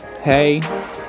hey